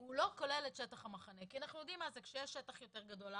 הוא לא כולל את שטח המחנה כי אנחנו יודעים מה זה שכשיש שטח יותר גדול,